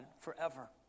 forever